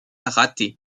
raté